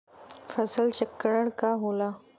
फसल चक्रण का होला?